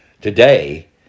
Today